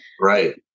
right